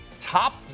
Top